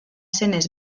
zenez